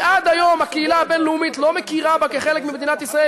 ועד היום הקהילה הבין-לאומית לא מכירה בה כחלק ממדינת ישראל.